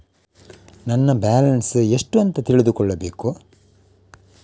ನನ್ನ ಬ್ಯಾಲೆನ್ಸ್ ಎಷ್ಟು ಅಂತ ತಿಳಿದುಕೊಳ್ಳಬೇಕು?